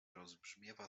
rozbrzmiewa